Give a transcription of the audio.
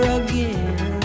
again